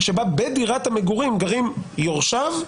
שבה בדירת המגורים גרים יורשיו,